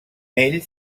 ell